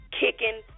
kicking